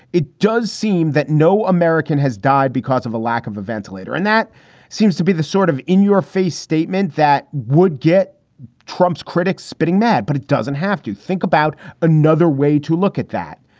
it does seem that no american has died because of a lack of a ventilator. and that seems to be the sort of in-your-face statement that would get trump's critics spitting mad. but it doesn't have to think about another way to look at that.